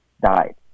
died